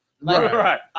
Right